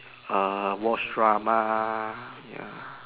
err watch drama ya